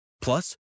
Plus